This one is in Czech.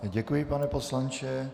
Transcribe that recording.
Děkuji vám, pane poslanče.